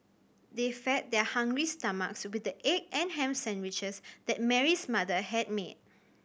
they fed their hungry stomachs with the egg and ham sandwiches that Mary's mother had made